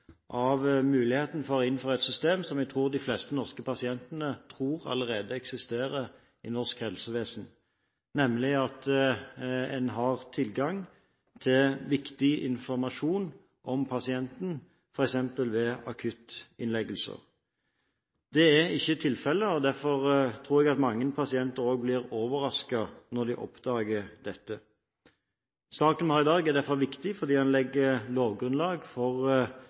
av muligheten for å innføre et system som jeg tror de fleste norske pasienter tror allerede eksisterer i norsk helsevesen, nemlig at en har tilgang til viktig informasjon om pasienten, f.eks. ved akuttinnleggelse. Det er ikke tilfellet, og derfor tror jeg mange pasienter også blir overrasket når de oppdager dette. Saken vi har til behandling i dag, er derfor viktig, fordi en legger lovgrunnlag for